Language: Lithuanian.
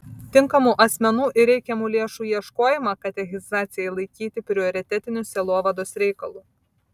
tinkamų asmenų ir reikiamų lėšų ieškojimą katechizacijai laikyti prioritetiniu sielovados reikalu